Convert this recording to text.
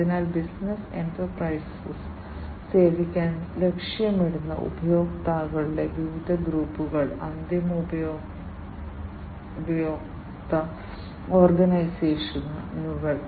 അതിനാൽ business enterprise സേവിക്കാൻ ലക്ഷ്യമിടുന്ന ഉപഭോക്താക്കളുടെ വിവിധ ഗ്രൂപ്പുകൾ അന്തിമ ഉപയോക്തൃ ഓർഗനൈസേഷനുകൾ